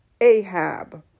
Ahab